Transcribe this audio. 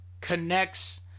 connects